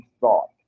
thought